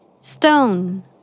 Stone